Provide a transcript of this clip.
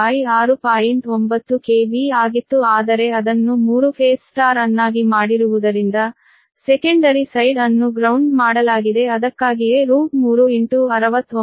9 KV ಆಗಿತ್ತು ಆದರೆ ಅದನ್ನು ಮೂರು ಫೇಸ್ ಸ್ಟಾರ್ ಅನ್ನಾಗಿ ಮಾಡಿರುವುದರಿಂದ ಸೆಕೆಂಡರಿ ಸೈಡ್ ಅನ್ನು ಗ್ರೌಂಡ್ ಮಾಡಲಾಗಿದೆ ಅದಕ್ಕಾಗಿಯೇ 6